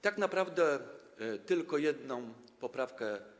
Tak naprawdę tylko jedną poprawkę.